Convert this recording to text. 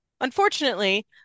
Unfortunately